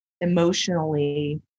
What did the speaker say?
emotionally